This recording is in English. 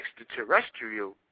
extraterrestrial